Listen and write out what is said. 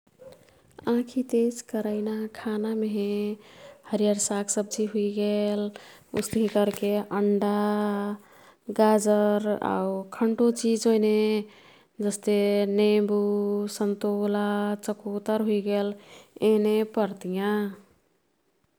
आँखी तेज करैना खानामेहे हरियर सागसब्जी हुइगेल। उस्तिही कर्के अन्डा, गाजर आऊ खंटो चिज ओइने जस्ते नेम्बु, संतोला, चकोतर हुइगेल येने पर्तियाँ।